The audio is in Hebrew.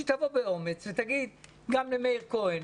שהיא תבוא באומץ גם למאיר כהן,